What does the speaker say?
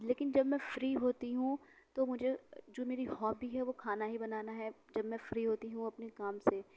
لیکن جب میں فری ہوتی ہوں تو مجھے جو میری ہابی ہے وہ کھانا ہی بنانا ہے جب میں فری ہوتی ہوں اپنے کام سے